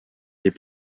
des